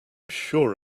sure